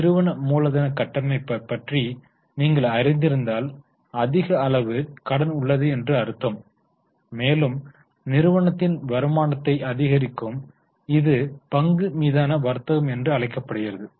நிறுவன மூலதனக் கட்டமைப்பை பற்றி நீங்கள் அறிந்திருந்தால் அதிக அளவு கடன் உள்ளது என்று அர்த்தம் மேலும் நிறுவனத்தின் வருமானத்தை அதிகரிக்கும் இது பங்கு மீதான வர்த்தகம் என்றும் அழைக்கப்படுகிறது